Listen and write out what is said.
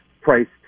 priced